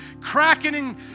cracking